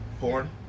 Porn